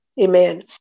Amen